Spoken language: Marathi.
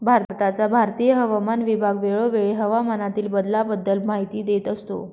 भारताचा भारतीय हवामान विभाग वेळोवेळी हवामानातील बदलाबद्दल माहिती देत असतो